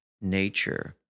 nature